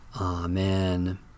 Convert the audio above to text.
Amen